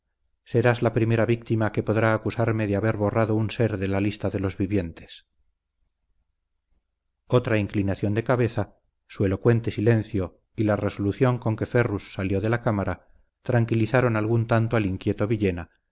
serás la primera víctima que podrá acusarme de haber borrado un ser de la lista de los vivientes otra inclinación de cabeza su elocuente silencio y la resolución con que ferrus salió de la cámara tranquilizaron algún tanto al inquieto villena